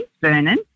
Vernon